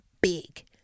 Big